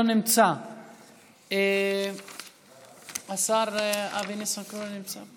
לא נמצא; השר אבי ניסנקורן נמצא?